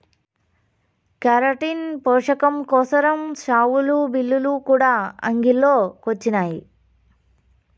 keratin పోసకం కోసరం షావులు, బిల్లులు కూడా అంగిల్లో కొచ్చినాయి